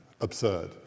absurd